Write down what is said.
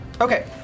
Okay